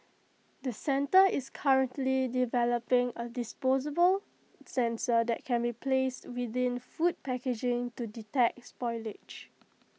the centre is currently developing A disposable sensor that can be placed within food packaging to detect spoilage